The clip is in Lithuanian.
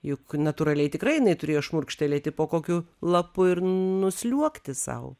juk natūraliai tikrai jinai turėjo šmurkštelėti po kokiu lapu ir nusliuogti sau